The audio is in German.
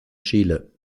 chile